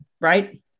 Right